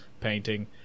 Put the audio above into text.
painting